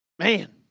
Man